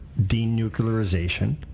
denuclearization